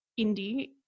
indie